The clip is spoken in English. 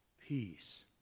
peace